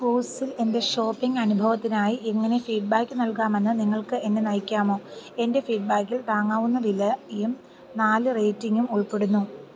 കൂവ്സിൽ എൻ്റെ ഷോപ്പിംഗ് അനുഭവത്തിനായി എങ്ങനെ ഫീഡ് ബാക്ക് നൽകാമെന്ന് നിങ്ങൾക്ക് എന്നെ നയിക്കാമോ എൻ്റെ ഫീഡ് ബാക്കിൽ താങ്ങാവുന്ന വില യും നാല് റേറ്റിംഗും ഉൾപ്പെടുന്നു